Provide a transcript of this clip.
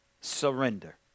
surrender